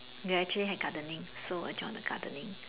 ya actually like gardening so I joined the gardening